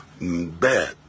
bad